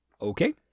Okay